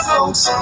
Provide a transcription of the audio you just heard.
Folks